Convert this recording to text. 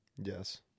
Yes